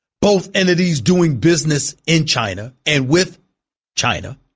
both entities doing business in china and with china